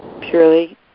purely